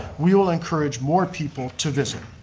we will encourage more people to visit.